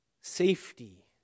safety